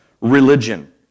religion